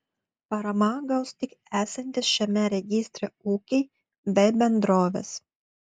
paramą gaus tik esantys šiame registre ūkiai bei bendrovės